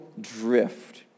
drift